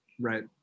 Right